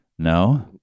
No